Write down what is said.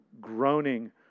groaning